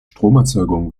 stromerzeugung